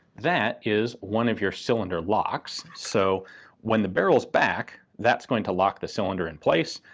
that is one of your cylinder locks. so when the barrel's back that's going to lock the cylinder in place,